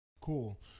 cool